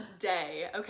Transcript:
Okay